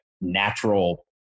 natural